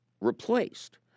replaced